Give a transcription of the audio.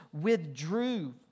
withdrew